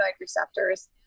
receptors